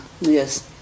Yes